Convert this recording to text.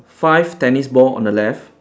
five tennis ball on the left